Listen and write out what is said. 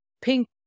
pink